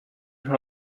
her